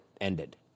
ended